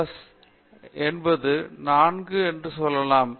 விஸ்வநாதன் நான் 4 என்று சொல்ல விரும்பினால் 2 பிளஸ் 2 என்பது 4 என்று சொல்லலாம்